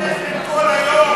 יש משפחות שחיות על הפיתות כל היום.